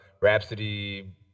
Rhapsody